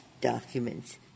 documents